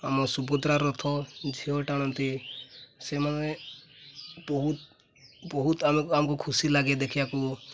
ଆମ ସୁଭଦ୍ରା ରଥ ଝିଅ ଟାଣନ୍ତି ସେମାନେ ବହୁତ ବହୁତ ଆମକୁ ଆମକୁ ଖୁସି ଲାଗେ ଦେଖିବାକୁ